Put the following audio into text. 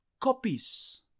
copies